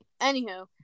Anywho